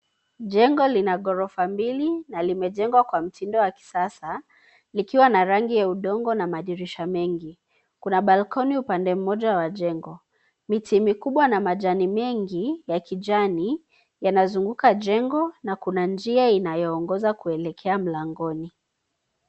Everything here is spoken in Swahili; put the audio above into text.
Jengo lina ghorofa mbili na limejengwa kwa mtindo wa kisasa, likiwa na rangi ya udongo na madirisha mengi. Kuna (cs)balcony(cs) upande mmoja wa jengo. Miti mikubwa na majani mengi ya kijani yanazunguka jengo na kuna njia inayoongoza kuelekea mlangoni.